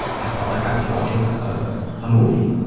i felt like i was watching a ah movie,